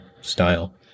style